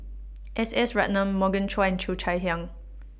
S S Ratnam Morgan Chua and Cheo Chai Hiang